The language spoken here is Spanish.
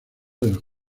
del